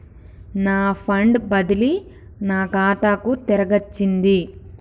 నా ఫండ్ బదిలీ నా ఖాతాకు తిరిగచ్చింది